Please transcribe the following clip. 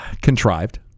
contrived